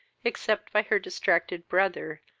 except by her distracted brother,